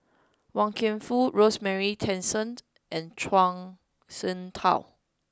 Wan Kam Fook Rosemary Tessensohn and Zhuang Shengtao